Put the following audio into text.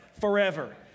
forever